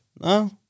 No